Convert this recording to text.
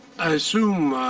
assume